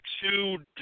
two